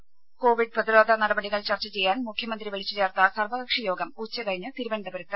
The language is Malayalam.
ത കോവിഡ് പ്രതിരോധ നടപടികൾ ചർച്ച ചെയ്യാൻ മുഖ്യമന്ത്രി വിളിച്ചു ചേർത്ത സർവ്വകക്ഷി യോഗം ഉച്ച കഴിഞ്ഞ് തിരുവന്തപുരത്ത്